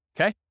Okay